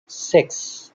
six